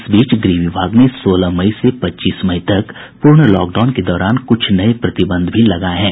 इस बीच गृह विभाग ने सोलह मई से पच्चीस मई तक पूर्ण लॉकडाउन के दौरान क्छ नये प्रतिबंध भी लगाये गये हैं